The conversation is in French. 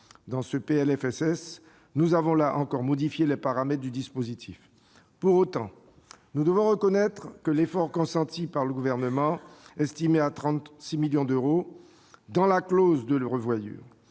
Dans le PLFSS 2020, nous avons, là encore, modifié les paramètres du dispositif. Pour autant, nous devons reconnaître l'effort consenti par le Gouvernement, estimé à 36 millions d'euros, dans la clause de revoyure.